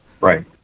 Right